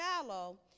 shallow